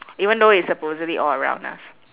even though it's supposedly all around us